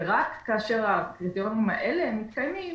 ורק כאשר הקריטריונים האלה מתקיימים,